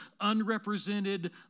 unrepresented